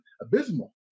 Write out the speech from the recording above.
abysmal